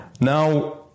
Now